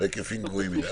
בהיקפים גבוהים מדי.